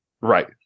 Right